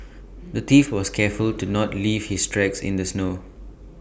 the thief was careful to not leave his tracks in the snow